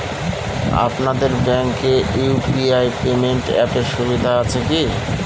আপনাদের ব্যাঙ্কে UPI payment অ্যাপের সুবিধা আছে কি?